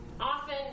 often